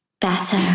better